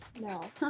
No